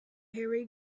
harry